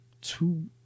two